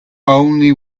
only